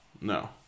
No